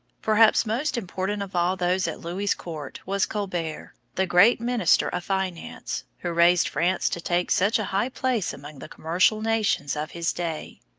perhaps most important of all those at louis' court was colbert, the great minister of finance, who raised france to take such a high place among the commercial nations of his day.